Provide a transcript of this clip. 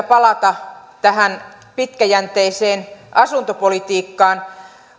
palata tähän pitkäjänteiseen asuntopolitiikkaan